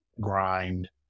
grind